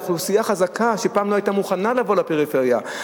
אוכלוסייה חזקה שפעם לא היתה מוכנה לבוא לפריפריה,